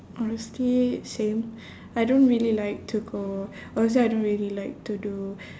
honestly same I don't really like to go honestly I don't really like to do